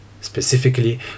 specifically